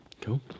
Cool